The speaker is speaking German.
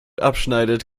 abschneidet